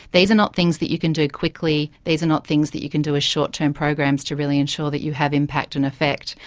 these are not things that you can do quickly, these are not things that you can do as short-term programs to really ensure that you have impact and effect.